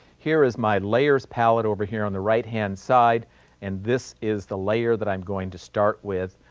here is my layers pallet over here on the right hand side and this is the layer that i'm going to start with.